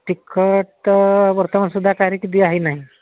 ticket ବର୍ତ୍ତମାନ ସୁଧା କାହାରି କୁ ଦିଆ ହୋଇନାହିଁ